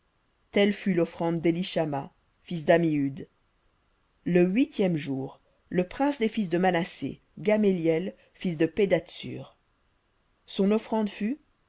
telle fut l'offrande d'éliab fils de hélon le quatrième jour le prince des fils de ruben élitsur fils de shedéur son offrande fut